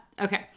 Okay